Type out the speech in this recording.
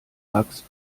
max